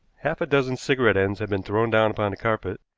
half a dozen cigarette-ends had been thrown down upon the carpet,